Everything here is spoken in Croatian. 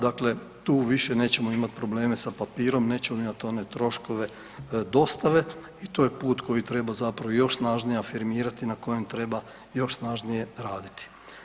Dakle, tu više nećemo imati probleme sa papirom, nećemo imati one troškove dostave i to je put koji treba zapravo još snažnije afirmirati, na kojem treba još snažnije raditi.